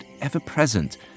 ever-present